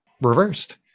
reversed